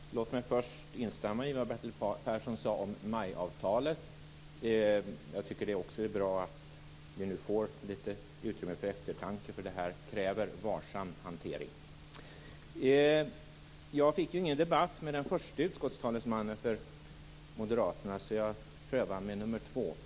Herr talman! Låt mig först instämma i vad Bertil Persson sade om MAI-avtalet. Också jag tycker att det är bra att vi nu får litet utrymme för eftertanke. Det här kräver en varsam hantering. Jag fick inte någon debatt med den förste utskottstalesmannen för moderaterna, så jag prövar med den andre av